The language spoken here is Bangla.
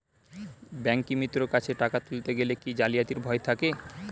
ব্যাঙ্কিমিত্র কাছে টাকা তুলতে গেলে কি জালিয়াতির ভয় থাকে?